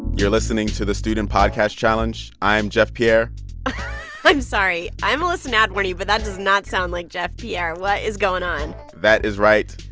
you're listening to the student podcast challenge. i'm jeff pierre i'm sorry. i'm elissa nadworny, but that does not sound like jeff pierre. what is going on? that is right.